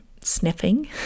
sniffing